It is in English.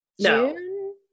June